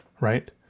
right